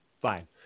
fine